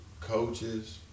coaches